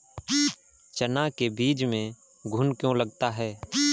चना के बीज में घुन क्यो लगता है?